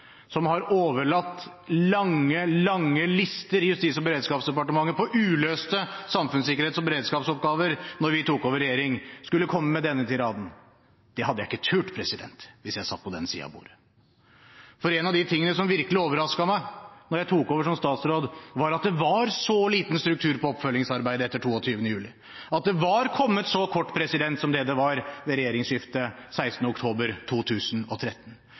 som har overlatt lange, lange lister i Justis- og beredskapsdepartementet på uløste samfunnssikkerhets- og beredskapsoppgaver da vi tok over regjering, skulle komme med denne tiraden, det hadde jeg ikke turt hvis jeg satt på den siden av bordet. Én av de tingene som virkelig overrasket meg da jeg tok over som statsråd, var at det var så liten struktur på oppfølgingsarbeidet etter 22. juli, at det var kommet så kort som det det var ved regjeringsskiftet 16. oktober 2013.